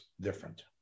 different